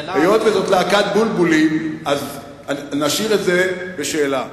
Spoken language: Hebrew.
היות שזאת להקת בולבולים, אז נשאיר את זה בשאלה.